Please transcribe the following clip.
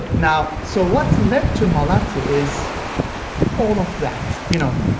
now, so what lead to malatya is all of that, you know,